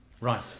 Right